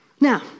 Now